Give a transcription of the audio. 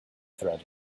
threat